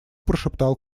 прошептал